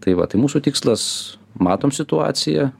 tai va tai mūsų tikslas matom situaciją